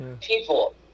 people